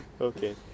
Okay